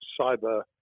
cyber